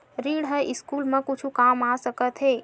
ऋण ह स्कूल मा कुछु काम आ सकत हे?